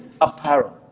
apparel